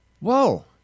Whoa